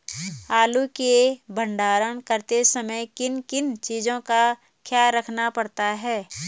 आलू के भंडारण करते समय किन किन चीज़ों का ख्याल रखना पड़ता है?